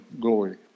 glory